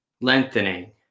lengthening